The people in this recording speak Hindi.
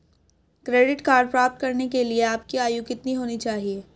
क्रेडिट कार्ड प्राप्त करने के लिए आपकी आयु कितनी होनी चाहिए?